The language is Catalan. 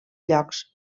llocs